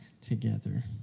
together